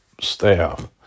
staff